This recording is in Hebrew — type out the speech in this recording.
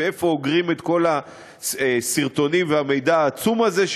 ואיפה אוגרים את כל הסרטונים והמידע העצום הזה,